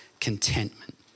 contentment